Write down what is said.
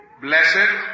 blessed